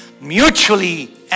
Mutually